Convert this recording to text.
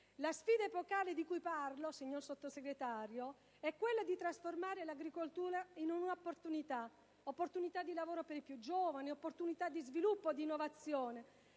La sfida epocale di cui parlo, signor Sottosegretario, è quella di trasformare l'agricoltura in un'opportunità di lavoro per i più giovani, in un'occasione di sviluppo e di innovazione.